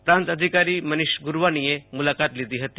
પ્રાંત અધિકારી મનિષ ગુરવાનીએ મુલાકાતે લીધી હતી